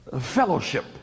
fellowship